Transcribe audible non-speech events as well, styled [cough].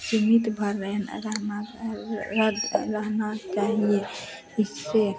सीमित भर रहना रहना [unintelligible] रहना चाहिए इससे